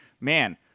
man